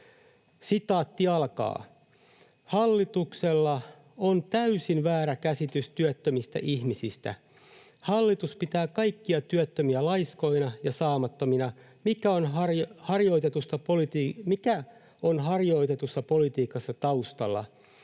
6.1.2018: ”Hallituksella on täysin väärä käsitys työttömistä ihmistä. Hallitus pitää kaikkia työttömiä laiskoina ja saamattomina. Mikä on harjoitetussa politiikassa taustalla?